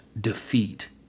defeat